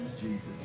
Jesus